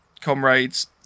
comrades